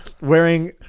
wearing